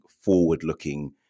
forward-looking